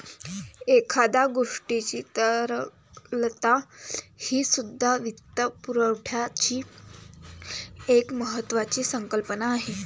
एखाद्या गोष्टीची तरलता हीसुद्धा वित्तपुरवठ्याची एक महत्त्वाची संकल्पना आहे